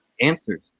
answers